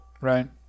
Right